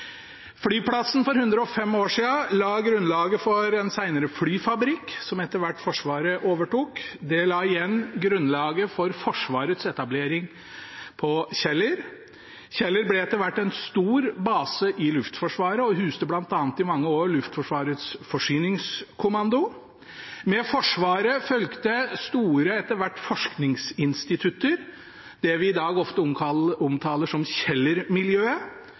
Flyplassen la for 105 år siden grunnlaget for en senere flyfabrikk, som Forsvaret etter hvert overtok. Det la igjen grunnlaget for Forsvarets etablering på Kjeller. Kjeller ble etter hvert en stor base i Luftforsvaret og huset bl.a. i mange år Luftforsvarets Forsyningskommando. Med Forsvaret fulgte etter hvert store forskningsinstitutter, det vi i dag ofte omtaler som